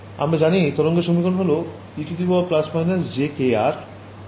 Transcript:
আমরা জানি তরঙ্গের সমীকরণ হল e±jkr সময়ে সমাধান